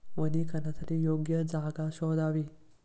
वनीकरणासाठी योग्य जागा शोधावी